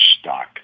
stock